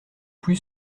plus